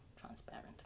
transparent